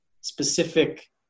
specific